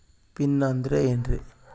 Pin ಅಂದ್ರೆ ಏನ್ರಿ?